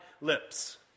lips